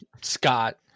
Scott